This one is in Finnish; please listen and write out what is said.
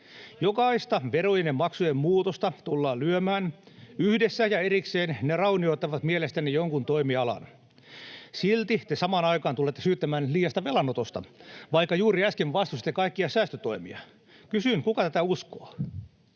jokaista verojen ja maksujen muutosta tullaan lyömään yhdessä ja erikseen. [Pia Viitasen välihuuto] Ne raunioittavat mielestänne jonkun toimialan. Silti te samaan aikaan tulette syyttämään liiasta velanotosta, vaikka juuri äsken vastustitte kaikkia säästötoimia. Kysyn, kuka tätä uskoo.